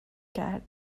کرد